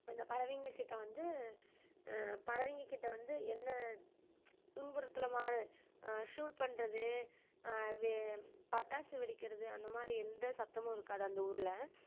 அந்த பறவைங்கள்கிட்ட வந்து பறவைங்கள்கிட்ட வந்து எந்த துன்புறுத்தலும்மா ஷூட் பண்ணுறது வே பட்டாசு வெடிக்கிறது அந்த மாதிரி எந்த சத்தமும் இருக்காது அந்த ஊரில்